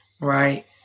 Right